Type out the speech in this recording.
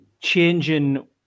changing